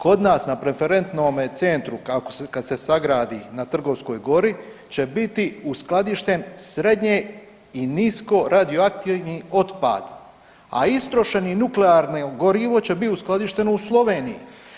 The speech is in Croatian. Kod nas na referentnome centru kad se sagradi na Trgovskoj gori će biti uskladišten srednje i nisko radioaktivni otpad, a istrošeno nuklearno gorivo će biti uskladišteno u Sloveniji.